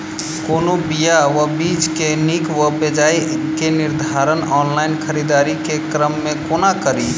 कोनों बीया वा बीज केँ नीक वा बेजाय केँ निर्धारण ऑनलाइन खरीददारी केँ क्रम मे कोना कड़ी?